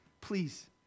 Please